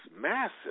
massive